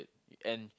and